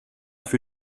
für